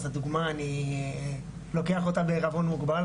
אז הדוגמא אני לוקח אותה בערבון מוגבל,